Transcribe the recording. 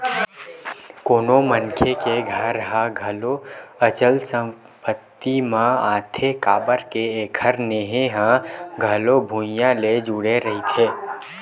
कोनो मनखे के घर ह घलो अचल संपत्ति म आथे काबर के एखर नेहे ह घलो भुइँया ले जुड़े रहिथे